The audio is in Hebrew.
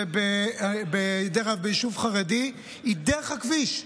דרך אגב, זה ביישוב חרדי, היא דרך הכביש.